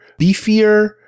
beefier